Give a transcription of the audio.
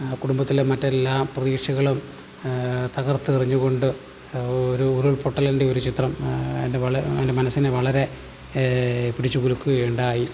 ആ കുടുംബത്തിലെ മറ്റെല്ലാ പ്രതീക്ഷകളും തകർത്തെറിഞ്ഞുകൊണ്ട് ഒരു ഉരുൾപൊട്ടലിൻ്റെ ഒരു ചിത്രം അതിൻ്റെ എൻ്റെ മനസ്സിനെ വളരെ പിടിച്ചു കുലുക്കുകയുണ്ടായി